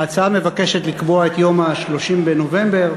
ההצעה מבקשת לקבוע את יום 30 בנובמבר,